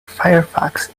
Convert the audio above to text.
firefox